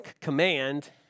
command